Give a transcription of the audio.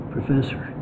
Professor